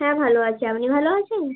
হ্যাঁ ভালো আছি আপনি ভালো আছেন